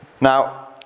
Now